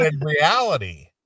reality